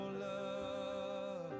love